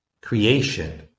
creation